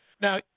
Now